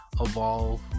evolve